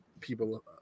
people